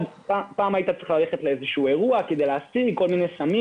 -- אז פעם היית צריך ללכת לאירוע כדי להשיג סמים.